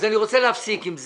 אז אני רוצה להפסיק עם זה.